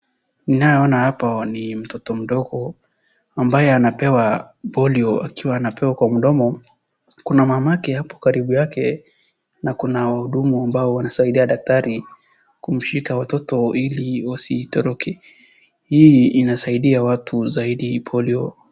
Ninayeona hapo nim toto mdogo ambaye anapewa polio akiwa anapewa kwa mdomo. Kuna mamake hapa karibu yake na kuna wahudumu wambao wanasaidia daktari kumshika watoto ili wasitoroke. Hii inasaidia watu zaidi polio.